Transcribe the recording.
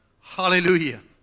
Hallelujah